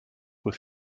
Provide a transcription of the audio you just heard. were